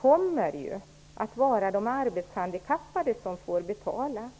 kommer de arbetshandikappade att få betala.